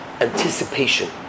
anticipation